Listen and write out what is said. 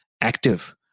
active